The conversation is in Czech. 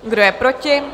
Kdo je proti?